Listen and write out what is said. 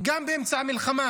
גם באמצע המלחמה.